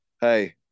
Hey